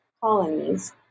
colonies